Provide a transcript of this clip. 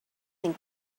than